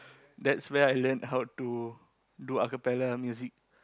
that's where I learnt how to do acapella music